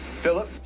Philip